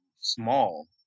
small